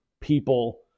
people